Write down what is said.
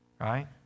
Right